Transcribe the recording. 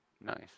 nice